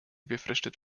befristet